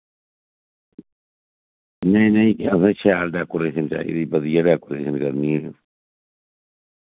नेईं नेईं असें शैल डेकोरेशन चाहिदी असें बधिया डेकोरेशन करनी